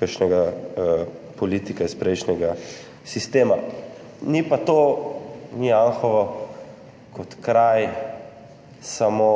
kakšnega politika iz prejšnjega sistema. Ni pa to, ni Anhovo kot kraj samo,